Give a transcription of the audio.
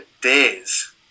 days